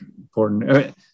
important